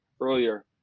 earlier